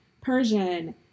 Persian